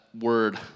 word